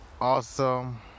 awesome